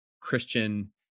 Christian